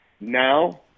now